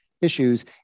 issues